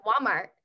Walmart